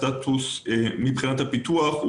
מבחינת הסטטוס של הפיתוח,